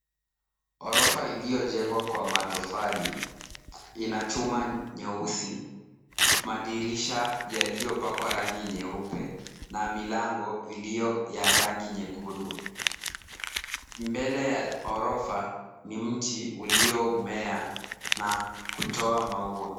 Ghorofa iliyojengwa kwa matofali, ina chuma nyeusi, madirisha yaliyopakwa rangi nyeupe na milango iliyo ya rangi nyekundu. Mbele ya ghorofa ni mti uliomea na kutoa maua.